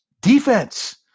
Defense